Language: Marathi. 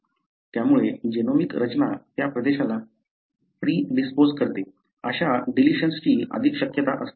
त्यामुळे जीनोमिक रचना त्या प्रदेशाला प्रिडिस्पोज करते अशा डिलिशन्सची अधिक शक्यता असते